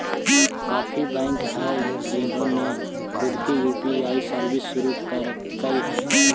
काफी बैंक हैं जिन्होंने खुद की यू.पी.आई सर्विस शुरू करकई हे